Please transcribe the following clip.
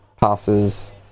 passes